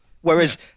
Whereas